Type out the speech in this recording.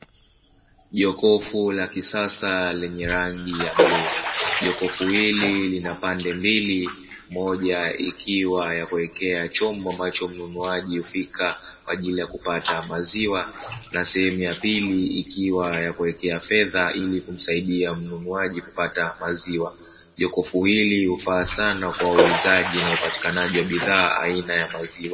Jokofu la kisasa lenye rangi ya bluu. Jokofu hili lina pande mbili; moja ikiwa ni yakuwekea chombo ambacho mnunuaji hufika kwa ajili ya kupata maziwa, na sehemu ya pili ikiwa ya kuwekea fedha ili kumsaidia mnunuaji kupata maziwa. Jokofu hili hufaa sana kwa uuzaji na upatikanaji wa bidhaa aina ya maziwa